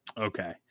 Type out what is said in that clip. Okay